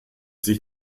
sich